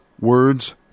words